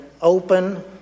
open